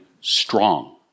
strong